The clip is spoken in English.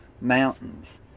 mountains